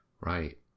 Right